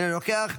אינו נוכח,